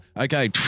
Okay